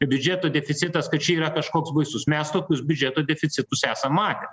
biudžeto deficitas kad čia yra kažkoks baisus mes tokius biudžetų deficitus esam matę